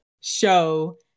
show